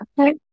Okay